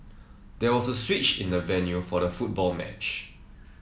there was a switch in the venue for the football match